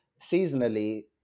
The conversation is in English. seasonally